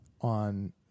on